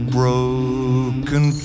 broken